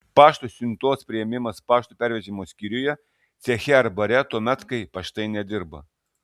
pašto siuntos priėmimas pašto pervežimo skyriuje ceche ar bare tuomet kai paštai nedirba